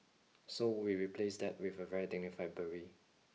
so we replaced that with a very dignified beret